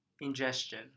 ingestion